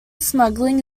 smuggling